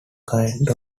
kind